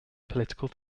political